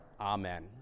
Amen